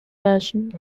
version